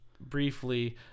briefly